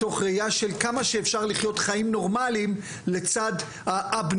מתוך ראייה של כמה שאפשר לחיות חיים נורמליים לצד האבנורמליות.